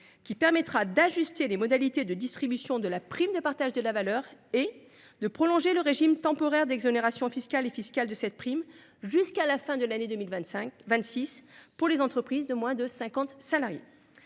qui permettra d’ajuster les modalités de distribution de la prime de partage de la valeur et de prolonger le régime temporaire d’exonérations sociales et fiscales de cette prime jusqu’à la fin de l’année 2026 pour les entreprises de moins de 50 salariés.